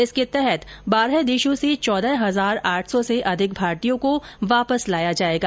इसके तहत बारह देशों से चौदह हजार आठ सौ से अधिक भारतीयों को वापस लाया जाएगा